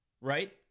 Right